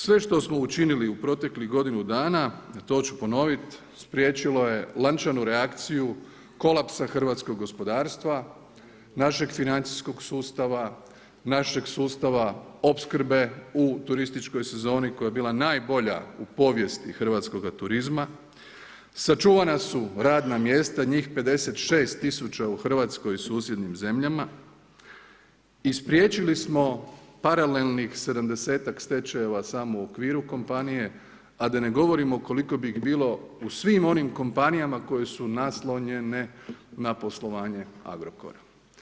Sve što smo učinili u proteklih godinu dana a to ću ponovit, spriječilo je lančanu reakciju kolapsa hrvatskog gospodarstva, našeg financijskog sustava, našeg sustava opskrbe u turističkoj sezoni koja je bila najbolja u povijesti hrvatskoga turizma, sačuvana su radna mjesta, njih 56 000 u Hrvatskoj i susjednim zemljama i spriječili smo paralelnih sedamdesetak stečajeve samo u okviru kompanije a da ne govorimo koliko bi ih bilo bilo u svim onim kompanijama koje su naslonjene na poslovanje Agrokora.